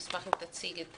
נשמח אם תציג את